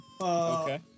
Okay